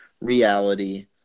reality